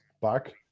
back